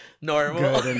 normal